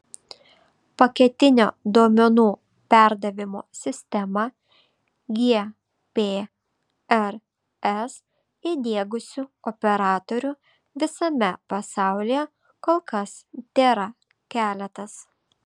paketinio duomenų perdavimo sistemą gprs įdiegusių operatorių visame pasaulyje kol kas tėra keletas